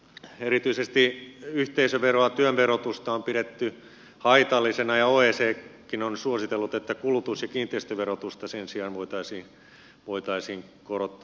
erityisesti yhteisöveroa työn verotusta on pidetty haitallisena ja oecdkin on suositellut että kulutus ja kiinteistöverotusta sen sijaan voitaisiin korottaa